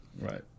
right